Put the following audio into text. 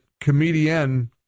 comedian